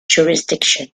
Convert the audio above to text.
jurisdiction